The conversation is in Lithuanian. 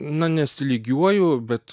na nesilygiuoju bet